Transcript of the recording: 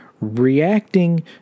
reacting